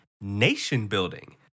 nation-building